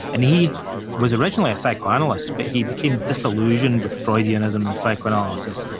and he was originally a psychoanalyst, but he became disillusioned with freudianism in psychoanalysis.